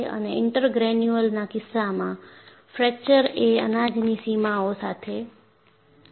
અને ઇન્ટરગ્રેન્યુલરના કિસ્સામાં ફ્રેક્ચર એ અનાજની સીમાઓ સાથે થાય છે